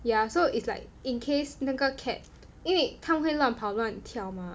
ya so it's like in case 那个 cat 因为它们会乱跑乱跳吗